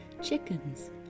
chickens